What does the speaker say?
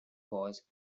was